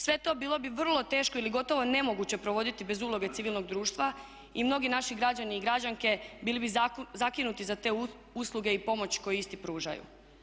Sve to bilo bi vrlo teško ili gotovo nemoguće provoditi bez uloge civilnog društva i mnogi naši građani i građanke bili bi zakinuti za te usluge i pomoć koji isti pružaju.